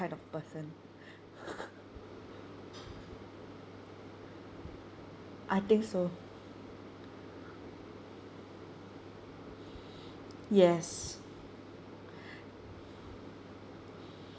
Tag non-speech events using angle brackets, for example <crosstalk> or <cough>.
kind of person <laughs> I think so yes